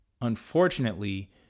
unfortunately